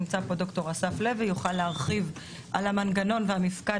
נמצא פה ד"ר אסף לוי שיוכל להרחיב על המנגנון והמפקד